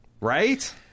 right